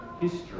history